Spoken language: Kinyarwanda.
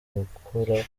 gukura